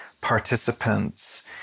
participants